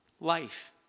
life